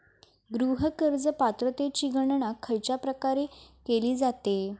गृह कर्ज पात्रतेची गणना खयच्या प्रकारे केली जाते?